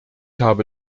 habe